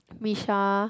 Missha